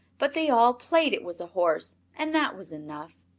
but they all played it was a horse and that was enough.